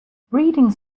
breeding